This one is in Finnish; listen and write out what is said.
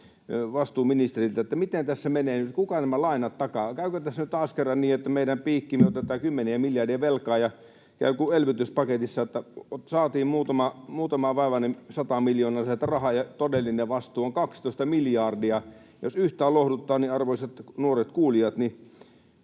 vastuuministeriltä: Miten tämä menee nyt, kuka nämä lainat takaa? Käykö tässä nyt taas kerran niin, että meidän piikkiimme otetaan kymmeniä miljardeja velkaa ja käy niin kuin elvytyspaketissa, että saatiin muutama vaivainen sata miljoonaa sieltä rahaa ja todellinen vastuu on 12 miljardia? Jos yhtään lohduttaa, arvoisat nuoret kuulijat,